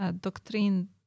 doctrine